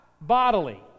bodily